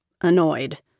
Annoyed